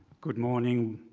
good morning.